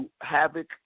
Havoc